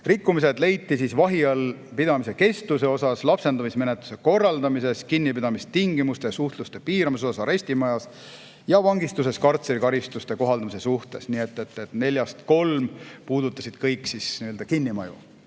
Rikkumised leiti vahi all pidamise kestuse osas, lapsendamismenetluse korraldamises, kinnipidamistingimuste ja suhtluse piiramise osas arestimajas ja vangistuses kartserikaristuse kohaldamise osas. Neljast kolm puudutasid kõik nii-öelda kinnimaju,